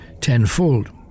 tenfold